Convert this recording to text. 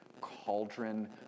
cauldron